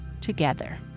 together